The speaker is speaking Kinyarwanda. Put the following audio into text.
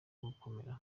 gukomera